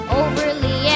overly